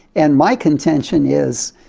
and my contention is,